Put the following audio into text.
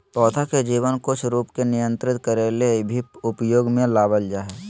पौधा के जीवन कुछ रूप के नियंत्रित करे ले भी उपयोग में लाबल जा हइ